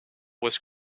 was